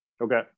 Okay